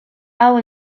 hau